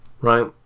right